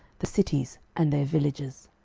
the cities and their villages.